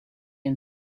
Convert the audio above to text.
and